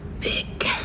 big